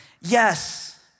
Yes